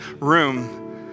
room